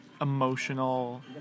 emotional